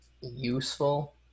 useful